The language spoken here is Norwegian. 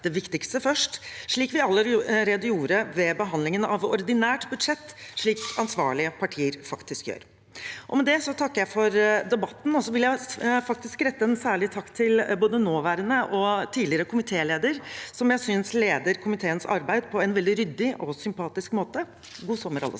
det viktigste først – slik vi allerede gjorde ved behandlingen av ordinært budsjett, og slik ansvarlige partier faktisk gjør. Med det takker jeg for debatten, og så vil jeg faktisk rette en særlig takk til både nåværende og tidligere komitéleder, som jeg synes har ledet komiteens arbeid på en veldig ryddig og sympatisk måte. God sommer, alle sammen!